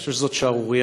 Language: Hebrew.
אני חושב שזאת שערורייה,